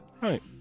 Right